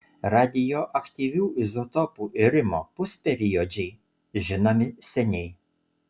radioaktyvių izotopų irimo pusperiodžiai žinomi seniai